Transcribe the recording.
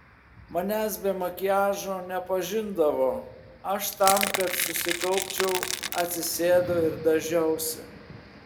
manęs be makiažo nepažindavo aš tam kad susikaupčiau atsisėdau ir dažiausi